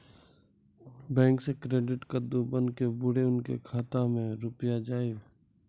Bank से credit card बन के बुरे उनके खाता मे रुपिया जाएब?